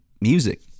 music